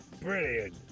Brilliant